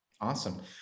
Awesome